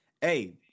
hey